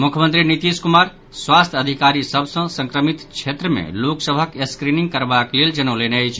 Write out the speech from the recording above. मुख्यमंत्री नीतीश कुमार स्वास्थ्य अधिकारी सभ सँ संक्रमित क्षेत्र मे लोक सभक स्क्रीनिंग करबाक लेल जनौलनि अछि